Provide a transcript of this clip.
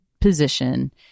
position